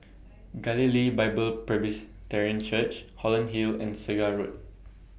Galilee Bible Presbyterian Church Holland Hill and Segar Road